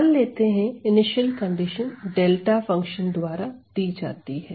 मान लेते हैं इनिशियल कंडीशन डेल्टा फंक्शन द्वारा दी जाती है